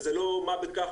וזה לא עניין של מה בכך.